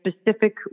specific